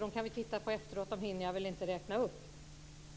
De kan vi titta på efteråt, eftersom jag inte hinner räkna upp